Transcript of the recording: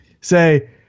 Say